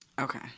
Okay